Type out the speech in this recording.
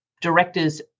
directors